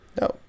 No